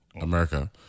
America